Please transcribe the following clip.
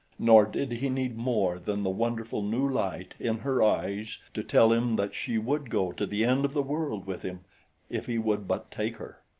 nor did he need more than the wonderful new light in her eyes to tell him that she would go to the end of the world with him if he would but take her.